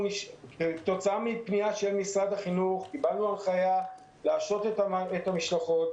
שכתוצאה מפנייה של משרד החינוך קיבלנו הנחיה להשעות את המשלחות.